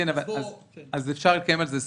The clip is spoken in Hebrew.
כן, אפשר לקיים על זה שיח.